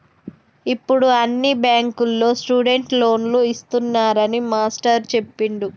ఇప్పుడు అన్ని బ్యాంకుల్లో స్టూడెంట్ లోన్లు ఇస్తున్నారని మాస్టారు చెప్పిండు